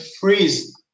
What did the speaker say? freeze